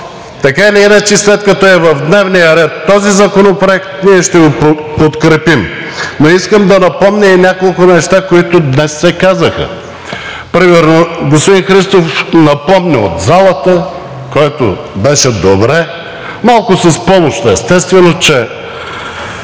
така или иначе, след като е в дневния ред този законопроект, ние ще го подкрепим. Но искам да напомня и няколко неща, които днес се казаха. Примерно господин Христов напомни от залата, което беше добре, малко с помощ естествено, че